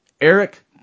Eric